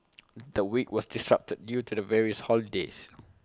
the week was disrupted due to the various holidays